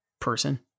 person